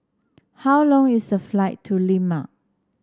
how long is the flight to Lima